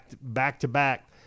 back-to-back